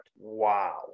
Wow